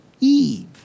Eve